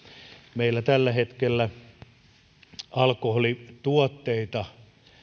meillä tällä hetkellä alkoholituotteita